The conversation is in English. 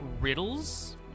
riddles